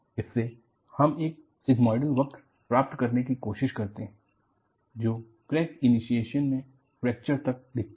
इससे हम एक सिगमॉयडल वक्र प्राप्त करने की कोशिश करते हैं जो क्रैक इनीशिएशन से फ्रैक्चर तक दिखता है